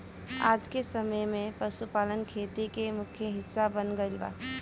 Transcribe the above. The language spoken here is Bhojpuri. आजके समय में पशुपालन खेती के मुख्य हिस्सा बन गईल बा